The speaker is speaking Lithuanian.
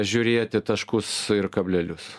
žiūrėti taškus ir kablelius